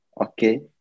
okay